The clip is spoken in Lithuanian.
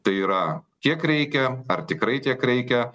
tai yra kiek reikia ar tikrai tiek reikia